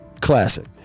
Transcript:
Classic